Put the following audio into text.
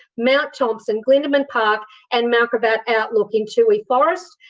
mount thompson, glindemann park and mount gravatt outlook in toohey forest.